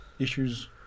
Issues